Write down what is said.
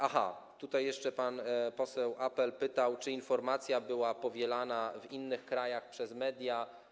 Aha, jeszcze pan poseł Apel pytał, czy informacja była powielana w innych krajach przez media.